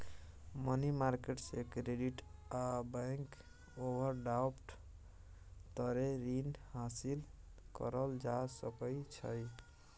money market से credit आ bank overdraft तरे रीन हासिल करल जा सकइ छइ